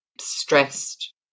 stressed